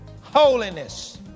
Holiness